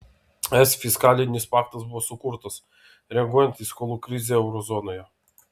es fiskalinis paktas buvo sukurtas reaguojant į skolų krizę euro zonoje